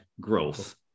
growth